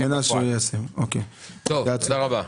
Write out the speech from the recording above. תודה רבה.